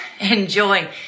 enjoy